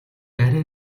арай